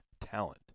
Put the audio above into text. talent